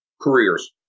careers